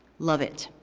love it,